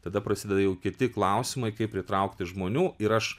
tada prasideda jau kiti klausimai kaip pritraukti žmonių ir aš